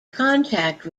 contact